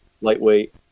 lightweight